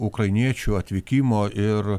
ukrainiečių atvykimo ir